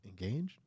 engaged